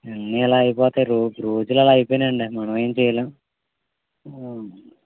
ఇలా అయిపోతాయి రోజు రోజులలా అయిపోయాయండి మనము ఏం చేయలేం